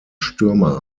stürmer